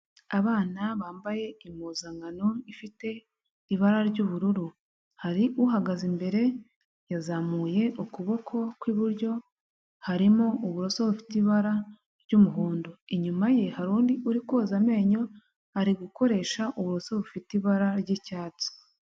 abana bambaye impuzankano ifite ibara ry'ubururu hari uhagaze imbere yazamuye ukuboko kw'iburyo harimo uburoso bufite ibara ry'umuhondo, inyuma ye hari undi uri koza amenyo ari gukoresha uburoso bufite ibara ry'icyatsi.